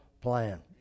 plan